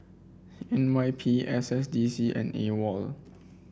N Y P S S D C and AWOL